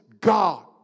God